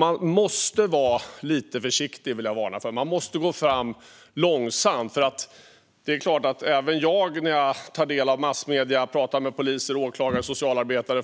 Man måste vara lite försiktig. Man måste gå fram långsamt. Även jag själv tänker ibland när jag tar del av massmedier eller pratar med poliser, åklagare och socialarbetare